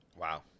Wow